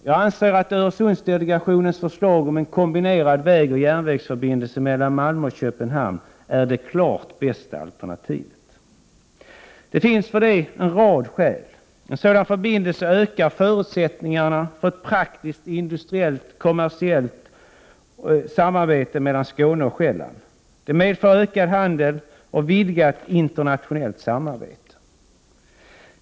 Jag anser att Öresundsdelegationens förslag om en kombinerad vägoch järnvägsförbindelse mellan Malmö och Köpenhamn är det klart bästa alternativet. För detta finns en rad skäl. En sådan förbindelse ökar förutsättningarna för ett praktiskt, industriellt och kommersiellt samarbete mellan Skåne och Sjzelland. Det medför ökad handel och vidgat internationellt samarbete.